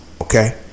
Okay